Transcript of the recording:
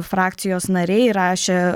frakcijos nariai rašė